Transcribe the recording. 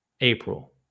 April